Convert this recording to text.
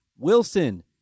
Wilson